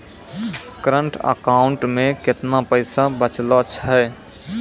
Current account मे केतना पैसा बचलो छै?